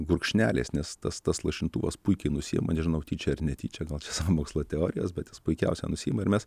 gurkšneliais nes tas tas lašintuvas puikiai nusiema nežinau tyčia ar netyčia gal čia sąmokslo teorijos bet jis puikiausia nusiima ir mes